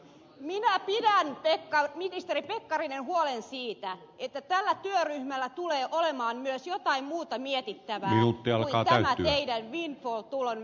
minä pidän ministeri pekkarinen huolen siitä että tällä työryhmällä tulee olemaan myös jotain muuta mietittävää kuin tämä teidän windfall tulon verottamisenne